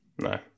No